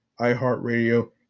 iHeartRadio